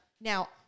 now